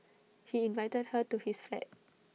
he invited her to his flat